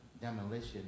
demolition